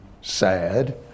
sad